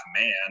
man